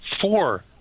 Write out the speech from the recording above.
four